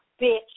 bitch